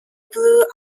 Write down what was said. blue